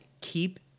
Keep